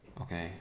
okay